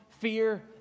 fear